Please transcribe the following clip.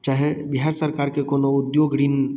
चाहे बिहार सरकार के कोनो उद्योग ऋण